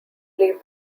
leave